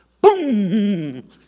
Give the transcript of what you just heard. Boom